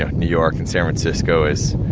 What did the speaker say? ah new york and san francisco is,